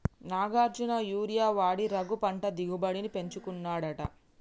Nagarjuna urea వాడి రఘు పంట దిగుబడిని పెంచుకున్నాడట